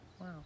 Wow